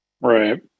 Right